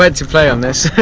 but to play on this